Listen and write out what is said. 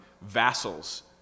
vassals